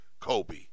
Kobe